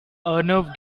arnav